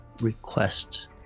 request